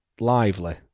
Lively